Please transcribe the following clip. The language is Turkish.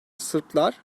sırplar